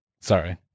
Sorry